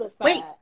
wait